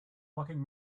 rocking